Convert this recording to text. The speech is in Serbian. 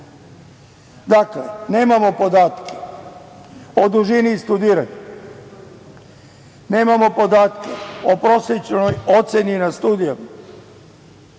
Dakle, nemamo podatke o dužini studiranja, nemamo podatke o prosečnoj oceni na studijama